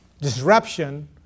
disruption